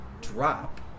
drop